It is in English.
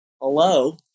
hello